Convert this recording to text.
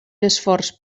esforç